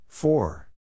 Four